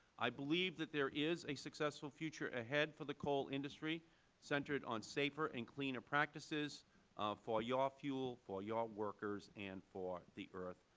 i believe that there is a successful future ahead for the coal industry centered on safer and cleaner practices for your fuel, for your workers, and for the earth.